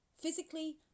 physically